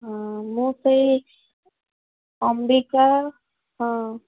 ହଁ ମୁଁ ସେଇ ଅମ୍ୱିକା ହଁ